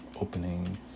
opening